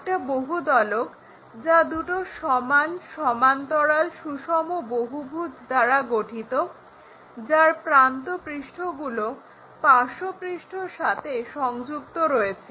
একটা বহুতলক যা দুটো সমান সমান্তরাল সুষম বহুভুজ দ্বারা গঠিত যার প্রান্তপৃষ্ঠগুলো পার্শ্বপৃষ্ঠর সাথে সংযুক্ত রয়েছে